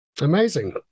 amazing